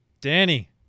Danny